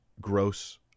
gross